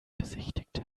besichtigt